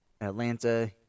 Atlanta